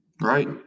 Right